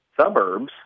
suburbs